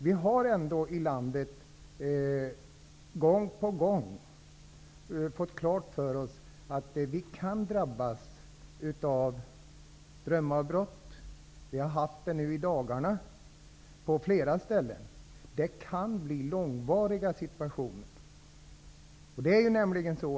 Vi har i det här landet gång på gång fått klart för oss att vi kan drabbas av strömavbrott. Vi har haft sådana i dagarna på flera orter. De kan bli långvariga.